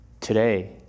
Today